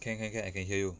can can can I can hear you